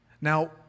Now